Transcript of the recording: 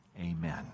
Amen